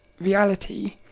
reality